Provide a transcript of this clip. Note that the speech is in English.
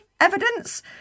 evidence